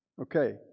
Okay